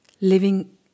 living